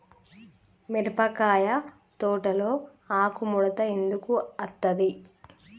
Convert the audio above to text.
మిరపకాయ తోటలో ఆకు ముడత ఎందుకు అత్తది?